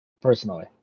Personally